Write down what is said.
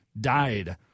died